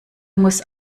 muss